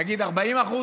נגיד 40%,